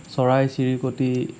চৰাই চিৰিকটি